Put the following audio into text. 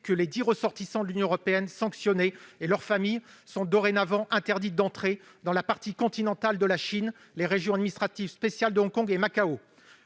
que les dix ressortissants de l'Union européenne sanctionnés et leurs familles sont dorénavant interdits d'entrée dans la partie continentale de la Chine et dans les régions administratives spéciales de Hong Kong et Macao.